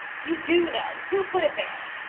you do know! who put it there?